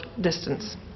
distance